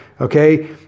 okay